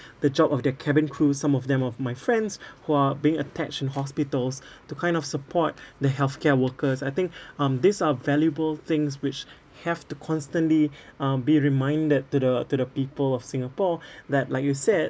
the job of the cabin crews some of them of my friends who are being attached in hospitals to kind of support the healthcare workers I think um these are valuable things which have to constantly um be reminded to the to the people of singapore that like you said